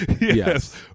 Yes